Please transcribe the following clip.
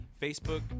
Facebook